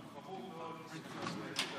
שהוא חמור מאוד ושערורייתי ומטפלים בו,